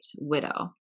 widow